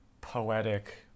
poetic